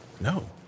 No